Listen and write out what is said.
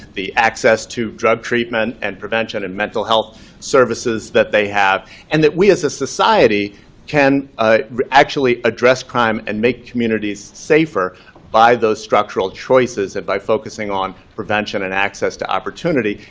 the access to drug treatment and prevention and mental health services that they have, and that we as a society can actually address crime and make communities safer by those structural choices and by focusing on prevention and access to opportunity,